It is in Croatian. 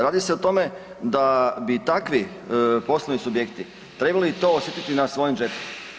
Radi se o tome da bi takvi poslovni subjekti trebali to osjetiti na svojem džepu.